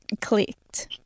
clicked